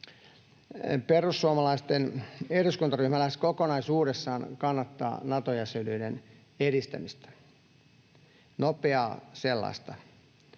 perussuomalaisten eduskuntaryhmä lähes kokonaisuudessaan kannattaa Nato-jäsenyyden edistämistä, nopeaa sellaista.